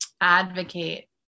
advocate